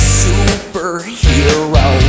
superhero